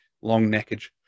long-neckage